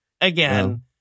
Again